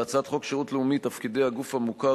בהצעת חוק שירות לאומי (תפקידי הגוף המוכר),